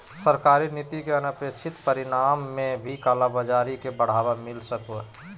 सरकारी नीति के अनपेक्षित परिणाम में भी कालाबाज़ारी के बढ़ावा मिल सको हइ